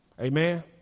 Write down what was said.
Amen